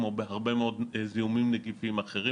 כמו בהרבה מאוד זיהומים נגיפיים אחרים